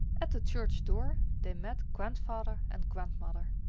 at the church door they met grandfather and grandmother.